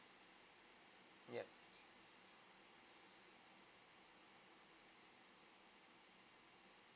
yup